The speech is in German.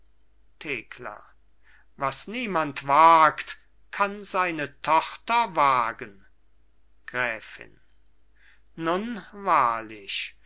thekla was niemand wagt kann seine tochter wagen gräfin nun wahrlich